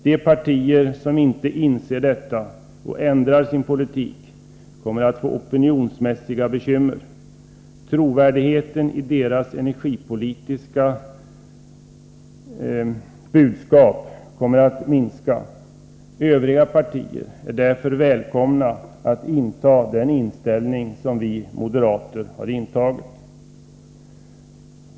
De partier som inte inser detta och inte ändrar sin politik kommer att få opinionsmässiga bekymmer. Trovärdigheten i deras energipolitiska budskap kommer att minska. Övriga partier är därför välkomna att inta samma inställning som vi moderater.